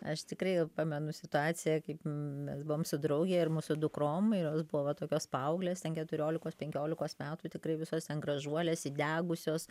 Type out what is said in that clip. aš tikrai pamenu situaciją kai mes buvom su drauge ir mūsų dukrom ir jos buvo va tokios paauglės ten keturiolikos penkiolikos metų tikrai visos ten gražuolės įdegusios